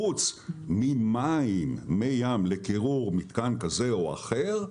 חוץ ממי ים לקירור מתקן כזה או אחר,